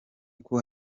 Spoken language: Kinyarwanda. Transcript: uko